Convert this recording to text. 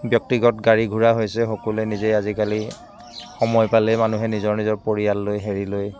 ব্যক্তিগত গাড়ী ঘোৰা হৈছে সকলোৱে নিজে আজিকালি সময় পালেই মানুহে নিজৰ নিজৰ পৰিয়াল লৈ হেৰি লৈ